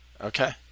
Okay